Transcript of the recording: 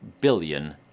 billion